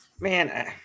man